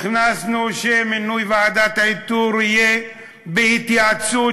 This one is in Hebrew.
הכנסנו שמינוי ועדת האיתור יהיה בהתייעצות